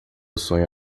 sonho